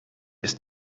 ist